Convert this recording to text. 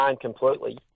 completely